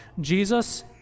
jesus